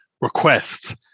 requests